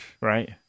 Right